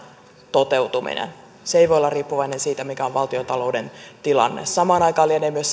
toteutuminen se ei voi olla riippuvainen siitä mikä on valtiontalouden tilanne samaan aikaan lienee myös